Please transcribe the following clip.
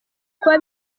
kuba